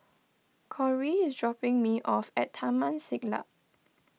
Cory is dropping me off at Taman Siglap